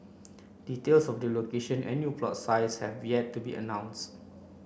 details of the location and new plot sizes have yet to be announced